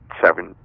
seven